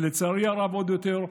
לצערי הרב עוד יותר,